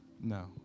No